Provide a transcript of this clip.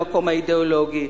למקום האידיאולוגי,